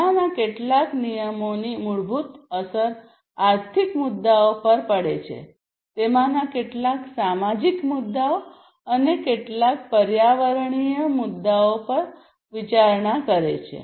આમાંના કેટલાક નિયમોની મૂળભૂત અસર આર્થિક મુદ્દાઓ પર પડે છે તેમાંના કેટલાક સામાજિક મુદ્દાઓ અને કેટલાક પર્યાવરણીય મુદ્દાઓ પર વિચારણા કરે છે